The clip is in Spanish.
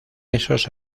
esos